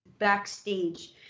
Backstage